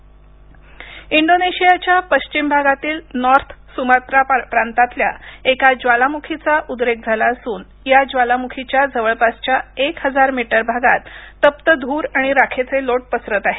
Indonesia ज्वालामुखी इंडोनेशियाच्या पश्चिम भागातील नॉर्थ सुमात्रा प्रांतातल्या एका ज्वालामुखीचा उद्रेक झाला असून या ज्वालामुखीच्या जवळपासच्या एक हजार मीटर भागात तप्त धूर आणि राखेचे लोट पसरत आहेत